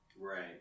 Right